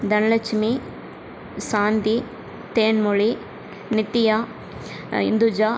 Dhanalakshmi Shanthi Thenmozhi Nithya Induja